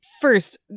First